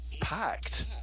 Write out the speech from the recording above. packed